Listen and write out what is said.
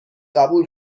قبول